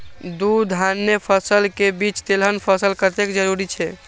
दू धान्य फसल के बीच तेलहन फसल कतेक जरूरी छे?